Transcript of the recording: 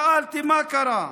שאלתי מה קרה,